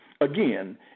Again